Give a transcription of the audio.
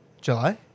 July